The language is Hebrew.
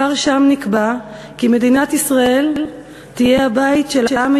כבר שם נקבע כי מדינת ישראל תהיה הבית של העם